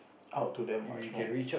out to them much more